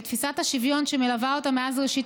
ותפיסת השוויון שמלווה אותה מאז ראשית